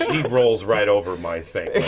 he rolls right over my thing.